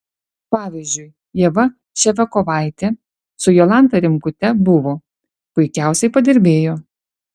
pavyzdžiui ieva ševiakovaitė su jolanta rimkute buvo puikiausiai padirbėjo